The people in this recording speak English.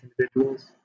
individuals